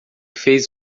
fez